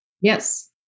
Yes